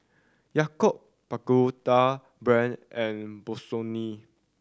Yakult Pagoda Brand and Bossini